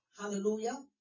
Hallelujah